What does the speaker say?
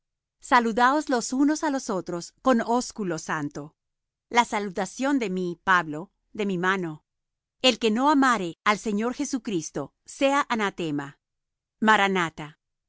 saludaos los unos á los otros con ósculo santo la salutación de mí pablo de mi mano el que no amare al señor jesucristo sea anatema maranatha